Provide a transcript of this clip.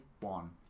one